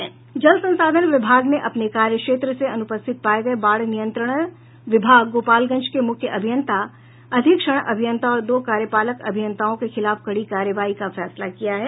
जल संसाधन विभाग ने अपने कार्य क्षेत्र से अनुपस्थित पाये गये बाढ़ नियंत्रण विभाग गोपालगंज के मुख्य अभियंता अधीक्षण अभियंता और दो कार्यपालक अभियंताओं के खिलाफ कड़ी कार्रवाई का फैसला किया है